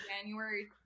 January